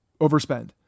overspend